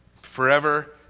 Forever